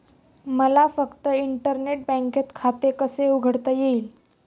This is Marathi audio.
मला फक्त इंटरनेट बँकेत खाते कसे उघडता येईल?